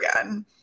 again